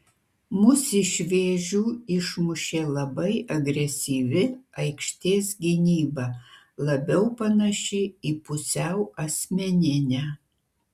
mus iš vėžių išmušė labai agresyvi aikštės gynyba labiau panaši į pusiau asmeninę